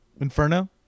inferno